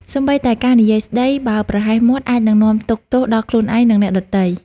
សូម្បីតែការនិយាយស្ដី បើប្រហែសមាត់ អាចនឹងនាំទុក្ខទោសដល់ខ្លួនឯង និងអ្នកដទៃ។